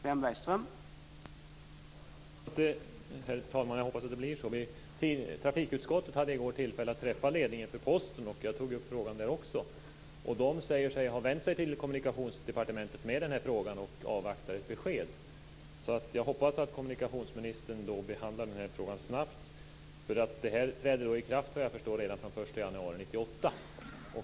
Herr talman! Jag hoppas att det blir så. Trafikutskottet hade i går tillfälle att träffa ledningen för Posten, och jag tog upp denna fråga också då. Man säger att man har vänt sig till Kommunikationsdepartementet i denna fråga och avvaktar ett besked. Jag hoppas att kommunikationsministern behandlar denna fråga snabbt, eftersom det såvitt jag förstår träder i kraft redan den 1 januari 1998.